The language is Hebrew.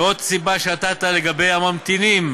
ועוד סיבה שנתת, לגבי הממתינים,